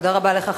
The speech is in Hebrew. תודה רבה לך,